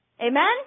Amen